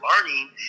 learning